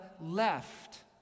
left